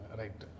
right